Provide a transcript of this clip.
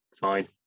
fine